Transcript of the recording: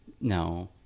No